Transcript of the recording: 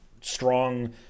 strong